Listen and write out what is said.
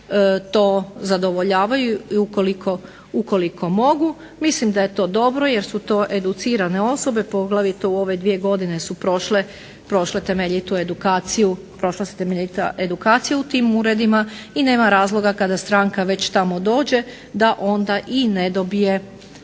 to zadovoljavaju i ukoliko mogu. Mislim da je to dobro jer su to educirane osobe, poglavito u ove 2 godine su prošle temeljitu edukaciju u tim uredima i nema razloga kada stranka već tamo dođe da onda i ne dobije pravnu